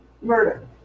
murder